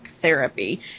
therapy